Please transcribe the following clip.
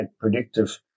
predictive